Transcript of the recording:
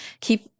keep